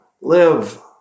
live